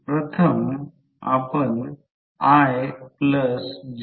तर येथे L2 15 centimetre 0